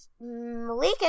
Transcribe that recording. Malika